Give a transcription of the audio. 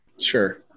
Sure